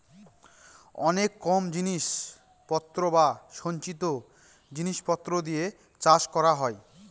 অনেক কম জিনিস পত্র বা সঞ্চিত জিনিস পত্র দিয়ে চাষ করা হয়